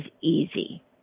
easy